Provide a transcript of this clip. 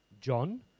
John